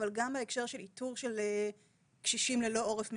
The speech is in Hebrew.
אבל גם בהקשר של איתור קשישים ללא עורף משפחתי.